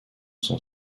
s’en